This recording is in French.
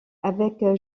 avec